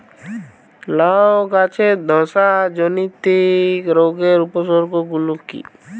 লাউ গাছের ধসা জনিত রোগের উপসর্গ গুলো কি কি?